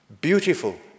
beautiful